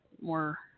more